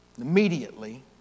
Immediately